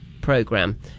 program